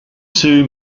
two